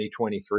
2023